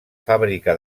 fàbrica